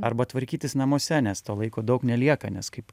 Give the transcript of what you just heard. arba tvarkytis namuose nes to laiko daug nelieka nes kaip